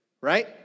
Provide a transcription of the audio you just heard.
Right